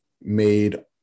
made